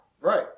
Right